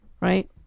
right